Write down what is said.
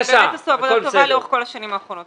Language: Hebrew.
הם באמת עשו עבודה טובה לאורך כל השנים האחרונות.